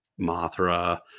Mothra